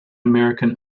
american